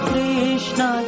Krishna